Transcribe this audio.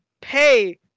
pay